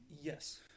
Yes